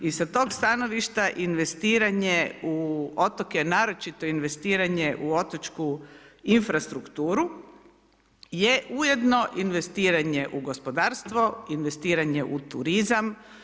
I sa toga stanovišta, investiranje u otoke, naročito investiranje u otočku infrastrukturu je ujedno investiranje u gospodarstvo, investiranje u turizam.